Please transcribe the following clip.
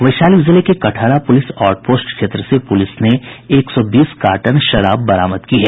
वैशाली जिले के Katahara police outpost क्षेत्र से पुलिस ने एक सौ बीस कार्टन विदेशी शराब बरामद की है